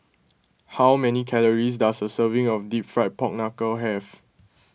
how many calories does a serving of Deep Fried Pork Knuckle have